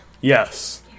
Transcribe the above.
Yes